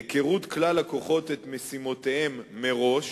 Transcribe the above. היכרות כלל הכוחות את משימותיהם מראש,